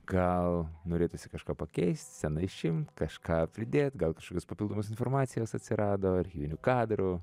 gal norėtųsi kažką pakeist sceną išimt kažką pridėt gal kažkokios papildomos informacijos atsirado archyvinių kadrų